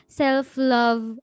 self-love